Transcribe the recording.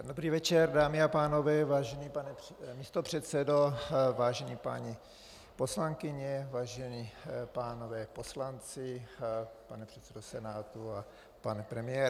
Dobrý večer, dámy a pánové, vážený pane místopředsedo, vážené paní poslankyně, vážení pánové poslanci, pane předsedo Senátu a pane premiére.